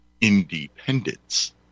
independence